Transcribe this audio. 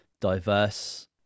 diverse